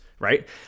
right